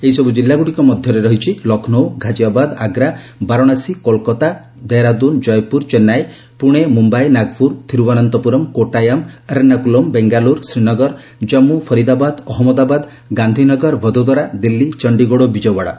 ଏହିସବୁ କିଲ୍ଲାଗୁଡ଼ିକ ମଧ୍ୟରେ ରହିଛି ଲକ୍ଷ୍ମୌ ଘାଜିଆବାଦ ଆଗ୍ରା ବାରଣାସୀ କୋଲକାତା ଦେହରାଦୁନ୍ ଜୟପୁର ଚେନ୍ନାଇ ପୁଣେ ମୁମ୍ଭାଇ ନାଗପୁର ଥିରୁଭନନ୍ତପୁରମ୍ କୋଟାୟାମ୍ ଏର୍ଣ୍ଣାକୁଲମ୍ ବେଙ୍ଗାଲୁରୁ ଶ୍ରୀନଗର କାମ୍ମୁ ଫରିଦାବାଦ ଅହମ୍ମଦାବାଦ ଗାନ୍ଧୀନଗର ଭଦଦୋରା ଦିଲ୍ଲୀ ଚଣ୍ଡିଗଡ ଓ ବିକ୍ୟଓ୍ୱାଡା